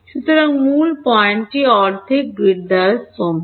সুতরাং মূল পয়েন্টটি অর্ধেক গ্রিড দ্বারা স্তম্ভিত